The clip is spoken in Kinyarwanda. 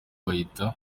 bahita